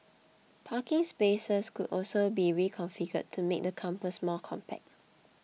parking spaces could also be reconfigured to make the campus more compact